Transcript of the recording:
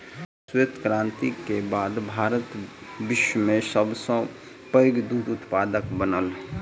श्वेत क्रांति के बाद भारत विश्व में सब सॅ पैघ दूध उत्पादक बनल